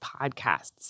podcasts